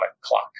clock